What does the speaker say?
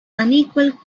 unequal